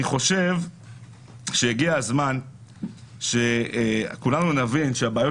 אני חושב שהגיע הזמן שכולנו נבין שהבעיות